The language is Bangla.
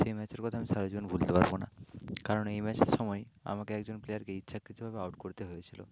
সেই ম্যাচের কথা আমি সারাজীবন ভুলতে পারব না কারণ এই ম্যাচের সময়ে আমাকে একজন প্লেয়ারকে ইচ্ছাকৃতভাবে আউট করতে হয়েছিলো